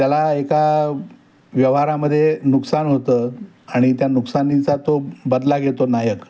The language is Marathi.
त्याला एका व्यवहारामध्ये नुकसान होतं आणि त्या नुकसानीचा तो बदला घेतो नायक